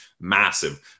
massive